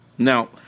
Now